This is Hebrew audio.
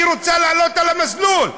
אני רוצה לעלות על המסלול.